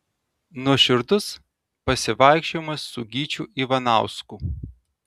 nuoširdus pasivaikščiojimas su gyčiu ivanausku